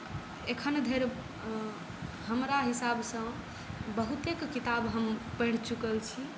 एखनधरि हमरा हिसाबसँ बहुतेक किताब हम पढ़ि चुकल छी